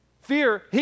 fear